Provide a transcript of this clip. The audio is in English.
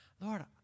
Lord